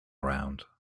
around